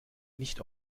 nicht